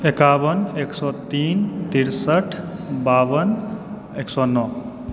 एकाबन एक सए तीन तिरसठ बावन एक सए नओ